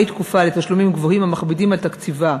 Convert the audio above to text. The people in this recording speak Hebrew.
תקופה לתשלומים גבוהים המכבידים על תקציבה,